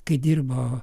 kai dirbo